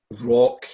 rock